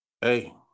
Hey